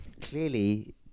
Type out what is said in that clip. clearly